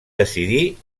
decidir